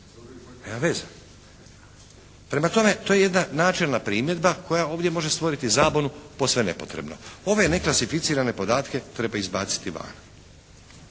Nema veze. Prema tome to je jedna načelna primjedba koja ovdje može stvoriti zabunu posve nepotrebno. Ove neklasificirane podatke treba izbaciti van.